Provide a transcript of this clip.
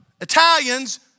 Italians